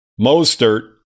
Mostert